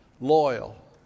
loyal